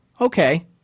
okay